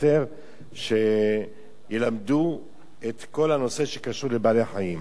חשוב ביותר שילמדו את כל הנושא שקשור לבעלי-החיים.